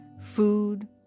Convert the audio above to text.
Food